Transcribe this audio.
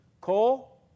Cole